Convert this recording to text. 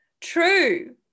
True